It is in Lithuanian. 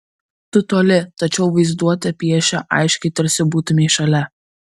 tu toli tačiau vaizduotė piešia aiškiai tarsi būtumei šalia